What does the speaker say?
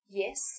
yes